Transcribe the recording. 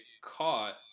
caught